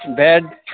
bed